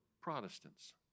Protestants